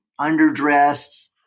underdressed